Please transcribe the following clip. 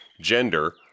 gender